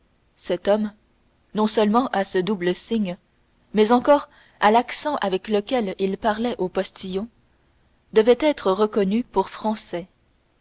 cet homme non seulement à ce double signe mais encore à l'accent avec lequel il parlait au postillon devait être reconnu pour français